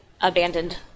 abandoned